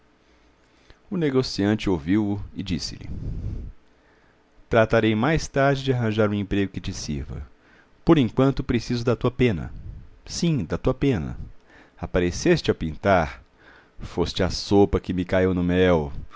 o negociante ouviu-o e disse-lhe tratarei mais tarde de arranjar um emprego que te sirva por enquanto preciso da tua pena sim da tua pena apareceste ao pintar foste a sopa que me caiu no mel